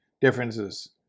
differences